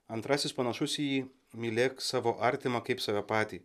antrasis panašus į jį mylėk savo artimą kaip save patį